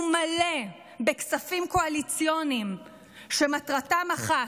הוא מלא בכספים קואליציוניים שמטרתם אחת,